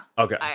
Okay